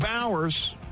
Bowers